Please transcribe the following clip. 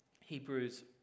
Hebrews